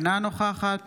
אינה נוכחת